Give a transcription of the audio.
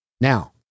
Now